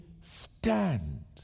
stand